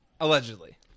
allegedly